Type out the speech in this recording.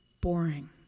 boring